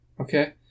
Okay